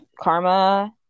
karma